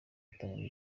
hatangijwe